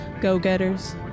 go-getters